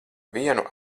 vienu